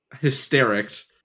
hysterics